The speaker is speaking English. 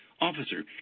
Officer